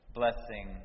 blessing